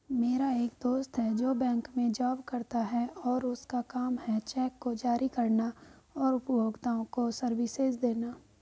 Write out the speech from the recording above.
मेरा एक दोस्त है जो बैंक में जॉब करता है और उसका काम है चेक को जारी करना और उपभोक्ताओं को सर्विसेज देना